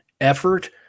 effort